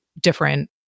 different